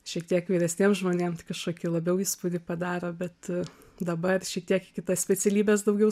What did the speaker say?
šiek tiek vyresniems žmonėm tai kažkokį labiau įspūdį padaro bet dabar šiek tiek į kitas specialybes daugiau